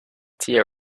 tea